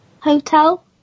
hotel